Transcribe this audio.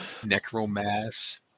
Necromass